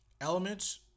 elements